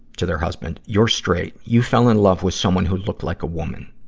to their husband you're straight. you fell in love with someone who looked like a woman.